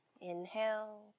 Inhale